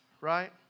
right